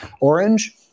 Orange